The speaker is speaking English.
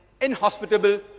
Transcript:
inhospitable